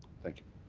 thank you.